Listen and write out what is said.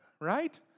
Right